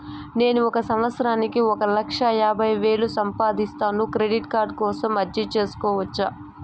నేను ఒక సంవత్సరానికి ఒక లక్ష యాభై వేలు సంపాదిస్తాను, క్రెడిట్ కార్డు కోసం అర్జీ సేసుకోవచ్చా?